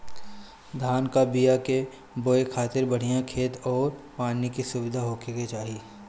धान कअ बिया के बोए खातिर बढ़िया खेत अउरी पानी के सुविधा होखे के चाही